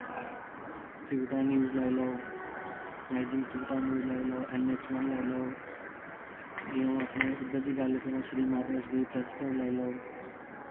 Trikuta news लाई लाओ rising Trikuta news लाई लाओ ऐन्नऐच्च वन लाई लाओ जि'यां अ'ऊं अपने इद्धर दी गल्ल करां श्री माता वैश्णो देवी प्रैस्स क्लब लाई लाओ